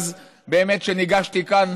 ואז ניגשתי כאן